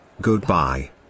goodbye